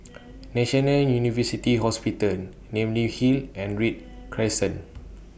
National University Hospital Namly Hill and Read Crescent